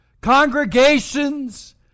congregations